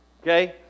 okay